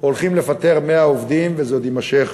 הולכים לפטר 100 עובדים, וזה עוד יימשך